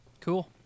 Cool